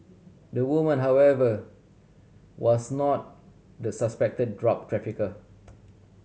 the woman however was not the suspected drug trafficker